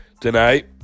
tonight